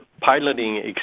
piloting